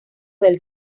del